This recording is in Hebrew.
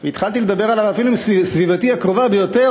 התחלתי לדבר עליו אפילו עם סביבתי הקרובה ביותר